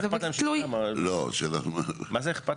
מה זה אכפת